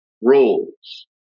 rules